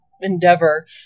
endeavor